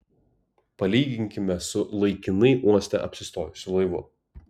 palyginkime su laikinai uoste apsistojusiu laivu